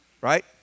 Right